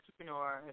entrepreneurs